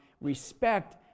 respect